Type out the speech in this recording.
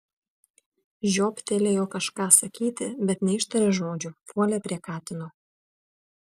žiobtelėjo kažką sakyti bet neištarė žodžio puolė prie katino